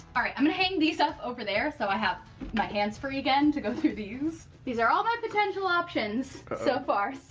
i'm gonna hang these up over there so i have my hands free again to go through these. these are all my potential options so far.